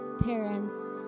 parents